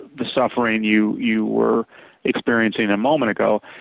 the suffering you you were experiencing a moment ago,